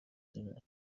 دارد